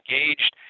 engaged